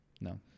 No